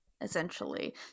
essentially